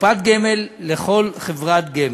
קופת גמל לכל חברת נמל.